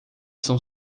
estão